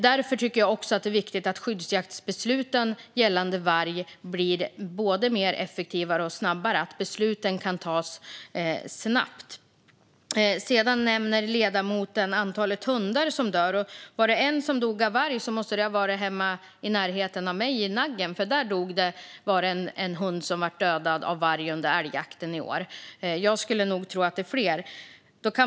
Därför tycker jag att det är viktigt att skyddsjaktsbesluten för varg blir både effektivare och snabbare. Ledamoten nämnde antalet hundar som dör. Om det var en som dog av varg måste det ha varit i närheten av mitt hem i Naggen, för där dödades en hund av varg under älgjakten i år. Men jag skulle tro att det är fler.